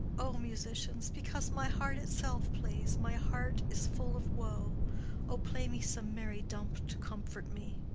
o, musicians, because my heart itself plays my heart is full of woe o, play me some merry dump to comfort me.